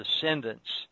descendants